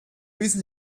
wissen